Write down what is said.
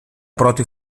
πρώτη